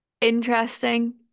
Interesting